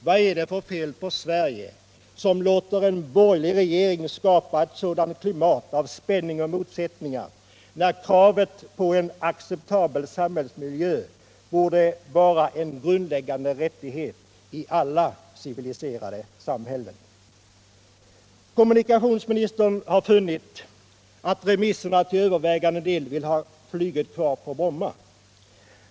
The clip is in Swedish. Vad är det för fel på Sverige som låter en borgerlig regering skapa ett sådant klimat av spänning och motsättningar när kravet på en acceptabel samhällsmiljö borde vara en grundläggande rättighet i alla civiliserade samhällen? Kommunikationsministern har funnit att remissinstanserna till övervägande del vill ha flyget kvar på Bromma.